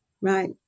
right